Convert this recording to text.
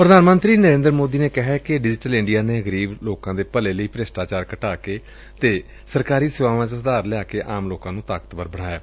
ਪ੍ਰਧਾਨ ਮੰਤਰੀ ਨਰੇਂਦਰ ਮੋਦੀ ਨੇ ਕਿਹੈ ਕਿ ਡਿਜੀਟਲ ਇੰਡੀਆ ਨੇ ਗਰੀਬ ਲੋਕਾਂ ਦੇ ਭਲੇ ਲਈ ਭ੍ਰਿਸਟਾਚਾਰ ਘਟਾ ਕੇ ਅਤੇ ਸਰਕਾਰੀ ਸੇਵਾਵਾਂ ਚ ਸੁਧਾਰ ਲਿਆ ਕੇ ਆਮ ਲੋਕਾਂ ਨੂੰ ਤਾਕਤਵਰ ਬਣਾਇਐ